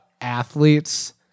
athletes